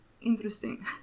interesting